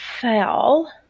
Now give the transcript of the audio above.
fail